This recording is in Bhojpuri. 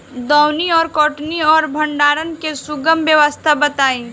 दौनी और कटनी और भंडारण के सुगम व्यवस्था बताई?